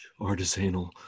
artisanal